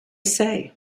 say